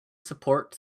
support